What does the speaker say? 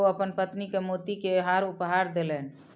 ओ अपन पत्नी के मोती के हार उपहार देलैन